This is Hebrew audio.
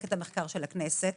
ממחלקת המחקר של הכנסת,